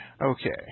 Okay